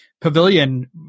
pavilion